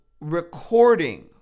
recording